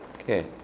Okay